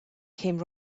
came